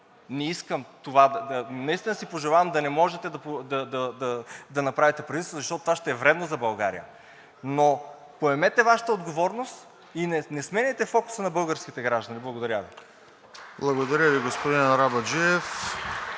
не искам това, наистина си пожелавам да не можете да направите правителство, защото това ще е вредно за България. Но поемете Вашата отговорност и не сменяйте фокуса на българските граждани. Благодаря Ви. (Ръкопляскания